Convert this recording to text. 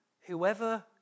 Whoever